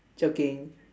joking